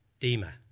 Dima